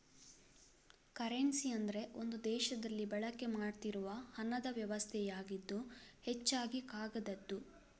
currency ಅಂದ್ರೆ ಒಂದು ದೇಶದಲ್ಲಿ ಬಳಕೆ ಮಾಡ್ತಿರುವ ಹಣದ ವ್ಯವಸ್ಥೆಯಾಗಿದ್ದು ಹೆಚ್ಚಾಗಿ ಕಾಗದದ್ದು